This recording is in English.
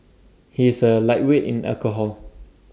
he is A lightweight in alcohol